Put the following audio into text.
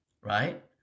Right